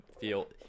feel